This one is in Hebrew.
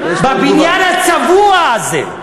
בבניין הצבוע הזה,